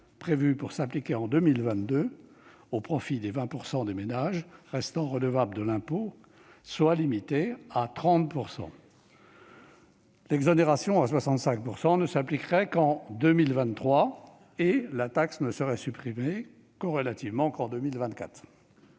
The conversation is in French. qui doit s'appliquer en 2022 au profit des 20 % des ménages restant redevables de l'impôt, soit limitée à 30 %. L'exonération à 65 % ne s'appliquerait qu'en 2023, et la taxe ne serait supprimée,